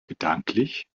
gedanklich